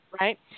Right